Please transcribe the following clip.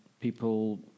people